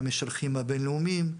המשלחים הבין-לאומיים,